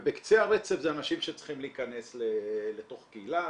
ובקצה הרצף זה אנשים שצריכים להיכנס לתוך קהילה,